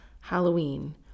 Halloween